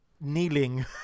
kneeling